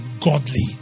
godly